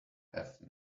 have